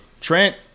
trent